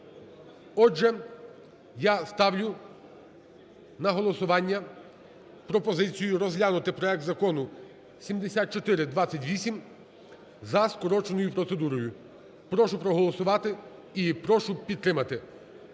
Отже, я ставлю на голосування пропозицію розглянути проект Закону 7428 за скороченою процедурою. Прошу проголосувати і прошу підтримати.